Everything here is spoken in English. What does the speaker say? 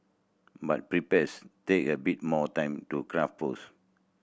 but prepares take a bit more time to craft posts